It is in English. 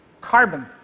carbon